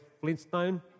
Flintstone